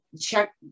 check